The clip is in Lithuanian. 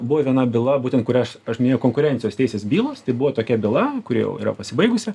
buvo viena byla būtent kurią aš aš minėjau konkurencijos teisės bylos tai buvo tokia byla kuri jau yra pasibaigusi